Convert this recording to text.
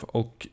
och